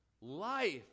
Life